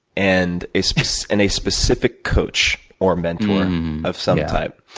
and a specific and a specific coach, or mentor of some type.